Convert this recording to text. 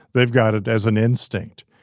they've got it as an instinct,